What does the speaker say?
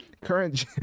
Current